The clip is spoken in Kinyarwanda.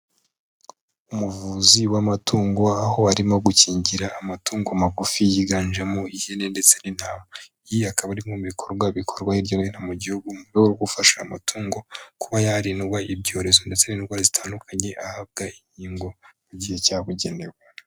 Umuvuzi w'amatungo, aho arimo gukingira amatungo magufi yiganjemo ihene ndetse n'intama, iyi akaba ari mu bikorwa bikorwa hirya no hino mu gihugu, mu rwego rwo gufasha amatungo kuba yarindwa ibyorezo ndetse n'indwara zitandukanye ahabwa inkingo mu gihe cyabugenewe.